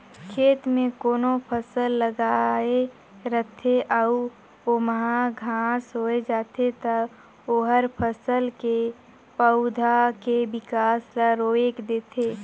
खेत में कोनो फसल लगाए रथे अउ ओमहा घास होय जाथे त ओहर फसल के पउधा के बिकास ल रोयक देथे